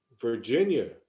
Virginia